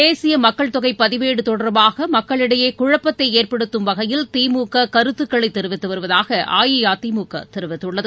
தேசியமக்கள்தொகைபதிவேடுதொடர்பாகமக்களிடையேகுழப்பத்தைஏற்படுத்தும் வகையில் திமுககருத்துக்களைதெரிவித்துவருவதாகஅஇஅதிமுகதெரிவித்துள்ளது